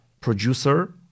producer